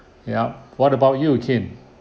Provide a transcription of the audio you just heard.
yup what about you kin